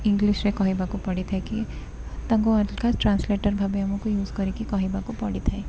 English ରେ କହିବାକୁ ପଡ଼ିଥାଏ କି ତାଙ୍କୁ ଅଲଗା ଟ୍ରାନ୍ସଲେଟର୍ ଭାବେ ଆମକୁ ୟୁଜ୍ କରିକି କହିବାକୁ ପଡ଼ିଥାଏ